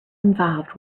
involved